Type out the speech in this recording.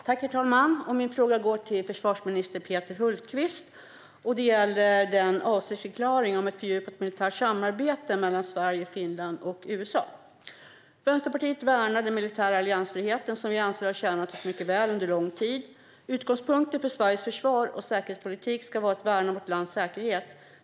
Herr talman! Min fråga går till försvarsminister Peter Hultqvist och gäller avsiktsförklaringen om ett fördjupat militärt samarbete mellan Sverige, Finland och USA. Vänsterpartiet värnar den militära alliansfriheten, som vi anser har tjänat oss väl under lång tid. Utgångspunkten för Sveriges försvars och säkerhetspolitik ska vara att värna vårt lands säkerhet.